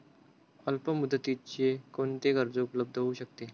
अल्पमुदतीचे कोणते कर्ज उपलब्ध होऊ शकते?